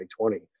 2020